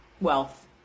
wealth